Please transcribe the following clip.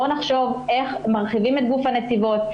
בואו נחשוב איך מרחיבים את גוף הנציבות,